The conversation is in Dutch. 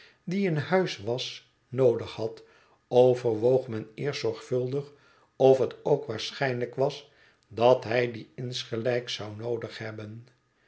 die in huis was noodig had overwoog men eerst zorgvuldig of het ook waarschijnlijk was dat hij die insgelijks zou noodig hebben